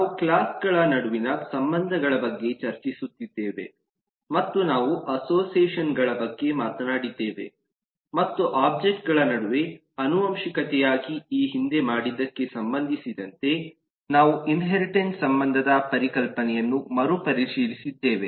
ನಾವು ಕ್ಲಾಸ್ ಗಳ ನಡುವಿನ ಸಂಬಂಧಗಳ ಬಗ್ಗೆ ಚರ್ಚಿಸುತ್ತಿದ್ದೇವೆ ಮತ್ತು ನಾವು ಅಸೋಸಿಯೇಷನ್ ಗಳ ಬಗ್ಗೆ ಮಾತನಾಡಿದ್ದೇವೆ ಮತ್ತು ಒಬ್ಜೆಕ್ಟ್ ಗಳ ನಡುವೆ ಆನುವಂಶಿಕತೆಯಾಗಿ ಈ ಹಿಂದೆ ಮಾಡಿದ್ದಕ್ಕೆ ಸಂಬಂಧಿಸಿದಂತೆ ನಾವು ಇನ್ಹೆರಿಟೆನ್ಸ್ ಸಂಬಂಧದ ಪರಿಕಲ್ಪನೆಯನ್ನು ಮರುಪರಿಶೀಲಿಸಿದ್ದೇವೆ